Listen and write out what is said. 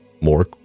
more